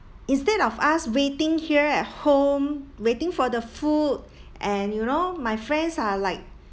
instead of us waiting here at home waiting for the food and you know my friends are like